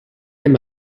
him